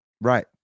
right